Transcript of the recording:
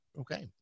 Okay